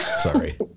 Sorry